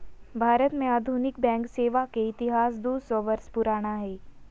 भारत में आधुनिक बैंक सेवा के इतिहास दू सौ वर्ष पुराना हइ